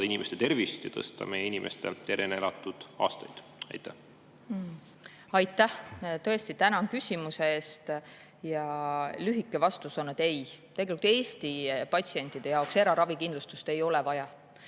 inimeste tervist ja [lisada] meie inimeste tervena elatud aastaid. Aitäh! Tänan küsimuse eest! Ja lühike vastus on, et ei, tegelikult Eesti patsientide jaoks eraravikindlustust ei ole vaja.